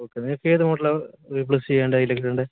okay നിങ്ങൾക്ക് ഏത് model ആണ് റീപ്ലേസ് ചെയ്യാണ്ട് അതിൻ്റെ കിട്ടേണ്ടത്